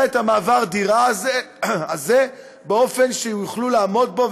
את מעבר הדירה הזה באופן שיוכלו לעמוד בו,